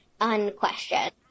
unquestioned